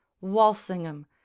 Walsingham